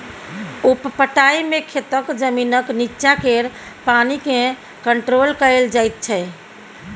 उप पटाइ मे खेतक जमीनक नीच्चाँ केर पानि केँ कंट्रोल कएल जाइत छै